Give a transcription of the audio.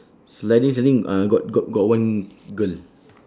sliding sliding uh got got got one girl